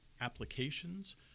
applications